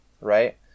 right